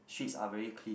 streets are very clean